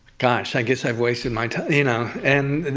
gosh, i guess i've wasted my time. you know and